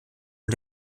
und